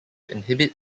inhibit